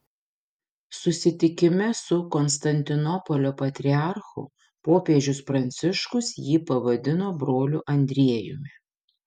susitikime su konstantinopolio patriarchu popiežius pranciškus jį pavadino broliu andriejumi